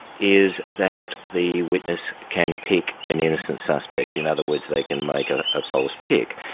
is that the witness can pick an innocent suspect. in other words, they can make a false pick.